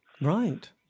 Right